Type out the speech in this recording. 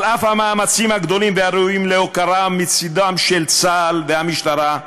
על אף המאמצים הגדולים והראויים להוקרה מצדם של צה"ל והמשטרה,